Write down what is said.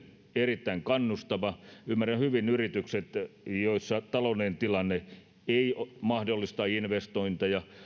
erittäin kannustava ymmärrän hyvin yrityksiä joissa taloudellinen tilanne ei mahdollista investointeja